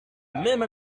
même